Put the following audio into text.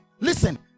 Listen